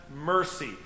mercy